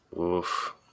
Oof